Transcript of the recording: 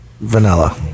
vanilla